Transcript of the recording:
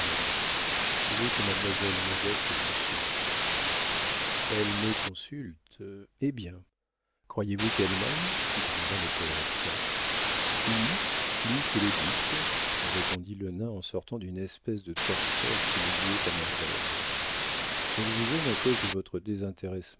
vous que mademoiselle modeste consulte elle me consulte eh bien croyez-vous qu'elle m'aime demanda le poëte ui plus que le duc répondit le nain en sortant d'une espèce de torpeur qu'il jouait à merveille elle vous aime à cause de votre désintéressement